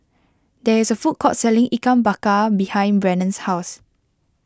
there is a food court selling Ikan Bakar behind Brannon's house